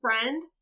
friend